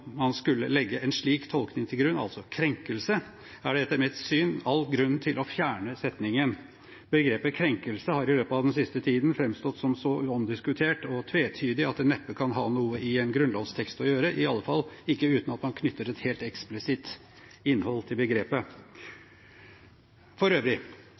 man skulle legge en slik tolkning til grunn, altså krenkelse, er det etter mitt syn all grunn til å fjerne setningen. Begrepet «krenkelse» har i løpet av den siste tiden framstått som så omdiskutert og tvetydig at det neppe kan ha noe i en grunnlovstekst å gjøre – i alle fall ikke uten at man knytter et helt eksplisitt innhold til begrepet. For øvrig: